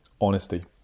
honesty